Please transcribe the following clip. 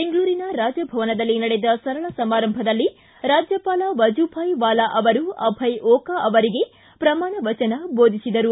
ಬೆಂಗಳೂರಿನ ರಾಜಭವನದಲ್ಲಿ ನಡೆದ ಸರಳ ಸಮಾರಂಭದಲ್ಲಿ ರಾಜ್ಯಪಾಲ ವಜುಭಾಯ್ ವಾಲಾ ಅವರು ಅಭಯ ಓಕಾ ಅವರಿಗೆ ಪ್ರಮಾಣ ವಚನ ಬೋಧಿಸಿದರು